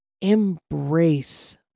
Embrace